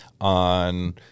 on